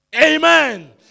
Amen